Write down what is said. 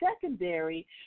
secondary